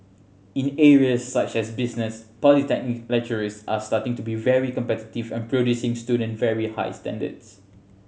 in areas such as business polytechnic lecturers are starting to be very competitive and producing student very high standards